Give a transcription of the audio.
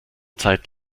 zeit